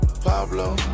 Pablo